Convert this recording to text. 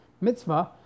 mitzvah